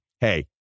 Hey